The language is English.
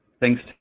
Thanks